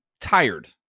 tired